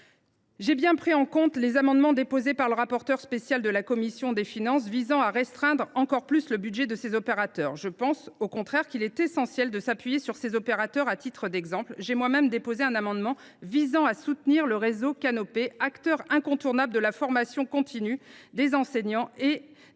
J’ai bien pris en compte les amendements déposés par le rapporteur spécial de la commission des finances visant à restreindre encore plus le budget de ces opérateurs. Je pense, au contraire, qu’il est essentiel de s’appuyer sur eux. Aussi, j’ai moi même déposé un amendement visant à soutenir le réseau Canopé, acteur incontournable de la formation continue des enseignants et des membres